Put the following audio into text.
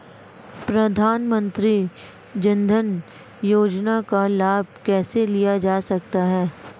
प्रधानमंत्री जनधन योजना का लाभ कैसे लिया जा सकता है?